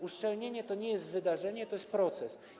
Uszczelnienie nie jest wydarzeniem, to jest proces.